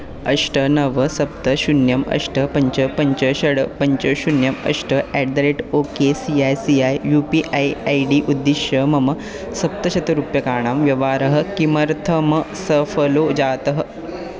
अष्ट नव सप्त शून्यम् अष्ट पञ्च पञ्च षट् पञ्च शून्यम् अष्ट at the rate O K C I C I U P I I D उद्दिश्य मम सप्तशतरूप्यकाणां व्यवहारः किमर्थमसफलो जातः